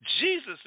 Jesus